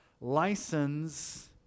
License